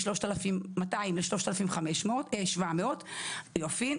מ-3,200 ₪ ל-3,700 ₪ יופי,